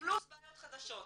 פלוס בעיות חדשות.